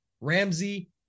Ramsey